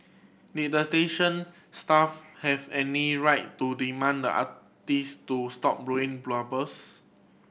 did the station staff have any right to demand the artist to stop blowing bubbles